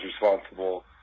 responsible